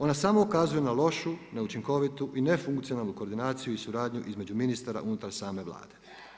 Ona samo ukazuju na lošu, neučinkovitu i nefunkcionalnu koordinaciju i suradnju između ministara same Vlade.